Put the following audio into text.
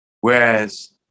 whereas